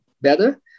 better